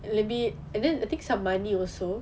and maybe and then uh take some money also